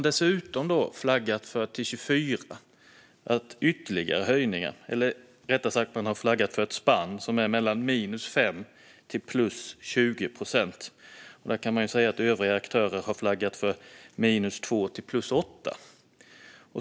Dessutom har man inför 2024 flaggat för ytterligare höjningar, eller rättare sagt för ett spann mellan minus 5 och plus 20 procent. Övriga aktörer har flaggat för ett spann mellan minus 2 och plus 8.